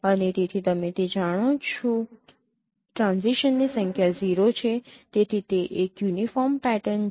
અને તેથી તે છે કે તમે જાણો છો ટ્રાન્ઝીશનની સંખ્યા 0 છે તેથી તે એક યુનિફોર્મ પેટર્ન છે